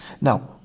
Now